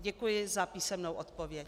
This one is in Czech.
Děkuji za písemnou odpověď.